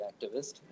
activist